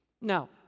Now